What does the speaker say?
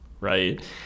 right